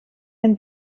den